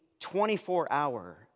24-hour